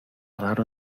raro